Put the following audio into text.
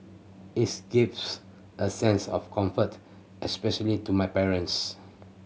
its gives a sense of comfort especially to my parents